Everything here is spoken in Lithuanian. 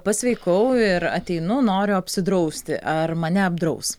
pasveikau ir ateinu noriu apsidrausti ar mane apdraus